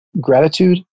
gratitude